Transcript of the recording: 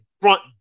front